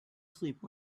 sleep